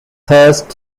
thrust